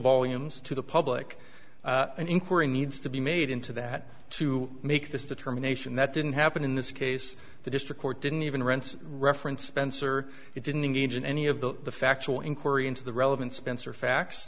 volumes to the public an inquiry needs to be made into that to make this determination that didn't happen in this case the district court didn't even rents reference spencer it didn't engage in any of the factual inquiry into the relevant spencer